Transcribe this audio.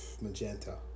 Magenta